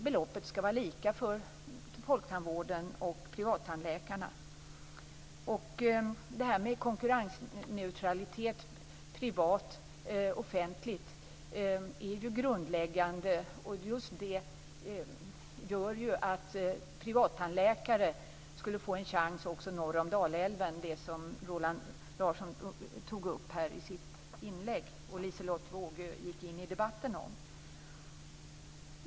Beloppet skall vara lika för Det här med konkurrensneutralitet, privatoffentligt, är grundläggande. Just detta gör att privattandläkare skulle få en chans också norr om Dalälven - som Roland Larsson tidigare i ett inlägg här tog upp och som Liselotte Wågö gick in i debatten om.